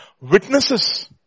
Witnesses